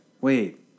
wait